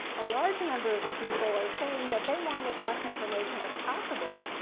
a large number of people are saying that they want as much information as possible,